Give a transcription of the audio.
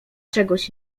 czegoś